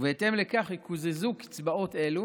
ובהתאם לכך יקוזזו קצבאות אלה